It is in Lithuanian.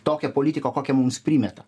tokią politiką kokią mums primeta